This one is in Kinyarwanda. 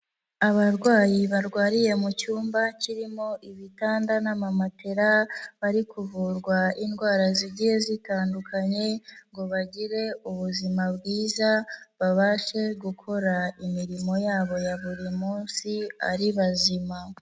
Abarwayi barwariye mu cyumba kirimo ibitanda n'amamatela bari kuvurwa indwara zigiye zitandukanye ngo bagire ubuzima bwiza babashe gukora imirimo yabo ya buri munsi ari bazima.